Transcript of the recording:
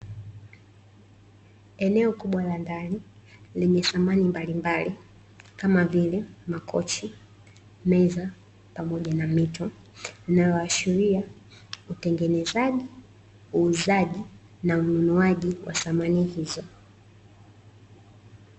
Eneo kubwa la ndani lenye samani mbalimbali kama vile makochi, meza, pamoja na mito linaloashiria utengenezaji, uuzaji na ununuaji wa samani hizo.